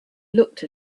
looked